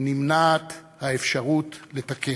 נמנעת האפשרות לתקן.